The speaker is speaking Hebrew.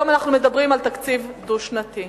היום אנחנו מדברים על תקציב דו-שנתי,